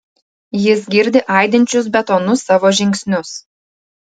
jis girdi aidinčius betonu savo žingsnius